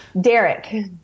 Derek